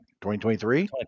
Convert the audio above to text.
2023